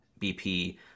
bp